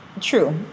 True